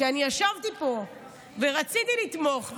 כי אני ישבתי פה ורציתי לתמוך,